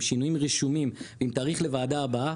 שינויים רשומים ועם תאריך לוועדה הבאה,